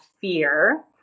fear